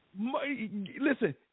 Listen